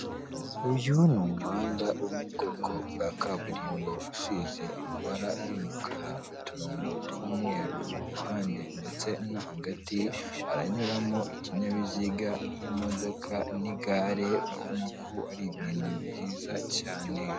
Uyu ni umuhanda wo mu bwoko bwa kaburimbo usize amabara y'umukara n'uturongo tw'umweru ku ruhande ndetse no hagati, haranyuramo ikinyabiziga nk'imodoka n'igare urabona ko ari ibintu byiza cyane.